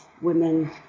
women